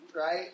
right